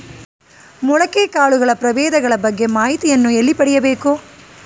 ಮೊಳಕೆ ಕಾಳುಗಳ ಪ್ರಭೇದಗಳ ಬಗ್ಗೆ ಮಾಹಿತಿಯನ್ನು ಎಲ್ಲಿ ಪಡೆಯಬೇಕು?